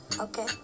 Okay